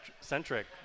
centric